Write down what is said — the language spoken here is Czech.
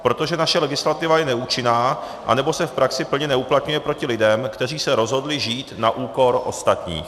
Protože naše legislativa je neúčinná nebo se v praxi plně neuplatňuje proti lidem, kteří se rozhodli žít na úkor ostatních.